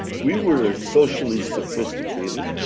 we were socially sophisticated.